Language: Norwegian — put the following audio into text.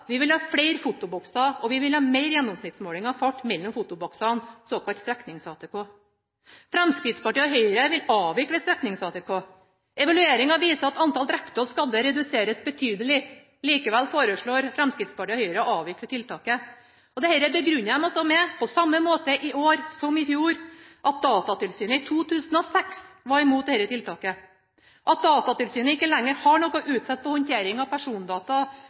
vi vil ha flere fotobokser, og vi vil ha mer gjennomsnittsmåling av fart mellom fotoboksene, såkalt streknings-ATK. Fremskrittspartiet og Høyre vil avvikle streknings-ATK. Evalueringa viser at antall drepte og skadde reduseres betydelig. Likevel foreslår Fremskrittspartiet og Høyre å avvikle tiltaket. Dette begrunner de, på samme måte i år som i fjor, med at Datatilsynet i 2006 var imot dette tiltaket. At Datatilsynet ikke lenger har noe å utsette på håndteringa av persondata,